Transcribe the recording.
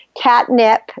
catnip